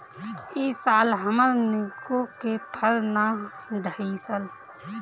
इ साल हमर निमो के फर ना धइलस